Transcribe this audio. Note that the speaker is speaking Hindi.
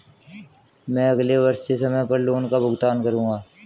मैं अगले वर्ष से समय पर लोन का भुगतान करूंगा